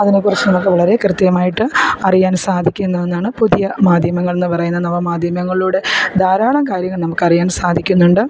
അതിനെ കുറിച്ച് നമുക്ക് വളരെ കൃത്യമായിട്ട് അറിയാൻ സാധിക്കുന്ന ഒന്നാണ് പുതിയ മാധ്യമങ്ങൾ എന്ന് പറയുന്ന നവമാധ്യമങ്ങളിലൂടെ ധാരാളം കാര്യങ്ങൾ നമുക്ക് അറിയാൻ സാധിക്കുന്നുണ്ട്